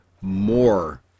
more